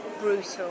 brutal